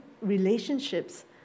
relationships